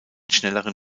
schnelleren